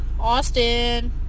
Austin